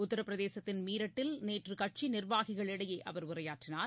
உத்தரப்பிரதேசத்தின் மீரட்டில் நேற்றுகட்சிநிர்வாகிகளிடையேஅவர் உரையாற்றினார்